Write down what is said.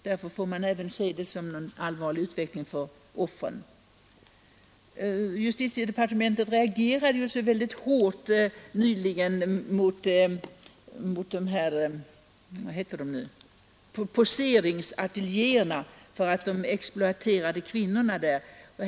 Därför får man även se det som en allvarlig utveckling för offren. Justitiedepartementet reagerade så hårt nyligen mot poseringsateljéerna för att man exploaterade kvinnorna där.